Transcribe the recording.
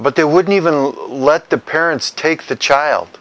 but they wouldn't even let the parents take the child